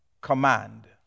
command